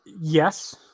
Yes